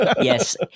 Yes